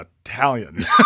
Italian